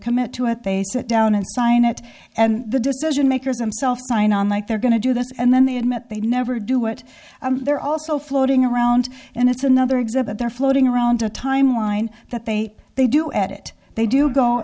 commit to it they sit down and sign it and the decision makers i'm self signed on like they're going to do this and then they admit they never do it they're also floating around and it's another exhibit they're floating around a timeline that they they do at it they do go